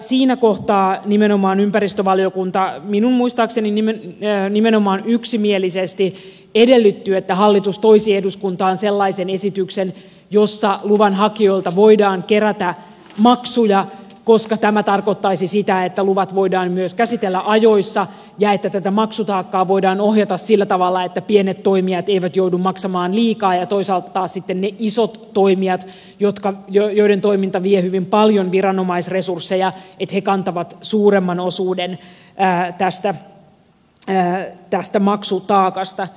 siinä kohtaa ympäristövaliokunta minun muistaakseni nimenomaan yksimielisesti edellytti että hallitus toisi eduskuntaan sellaisen esityksen jossa luvanhakijoilta voidaan kerätä maksuja koska tämä tarkoittaisi sitä että luvat voidaan myös käsitellä ajoissa ja että tätä maksutaakkaa voidaan ohjata sillä tavalla että pienet toimijat eivät joudu maksamaan liikaa ja toisaalta taas sitten ne isot toimijat joiden toiminta vie hyvin paljon viranomaisresursseja kantavat suuremman osuuden tästä maksutaakasta